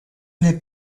n’est